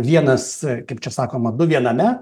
vienas kaip čia sakoma du viename